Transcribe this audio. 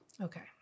Okay